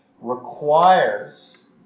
requires